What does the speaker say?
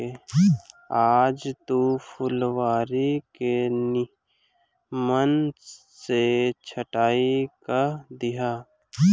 आज तू फुलवारी के निमन से छटाई कअ दिहअ